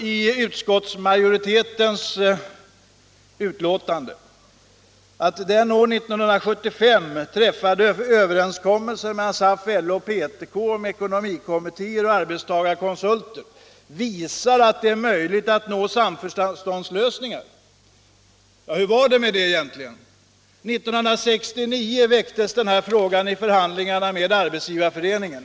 I utskottsmajoritetens skrivning i betänkandet heter det att den år 1975 träffade överenskommelsen mellan SAF, LO och PTK om eko nomikommittéer och arbetstagarkonsulter visar att det är möjligt att nå samförståndslösningar. Ja, hur var det med det egentligen? År 1969 väcktes denna fråga i förhandlingar med Arbetsgivareföreningen.